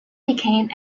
became